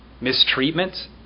mistreatment